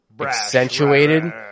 accentuated